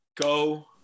Go